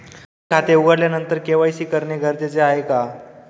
Online खाते उघडल्यानंतर KYC करणे गरजेचे आहे का?